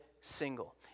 single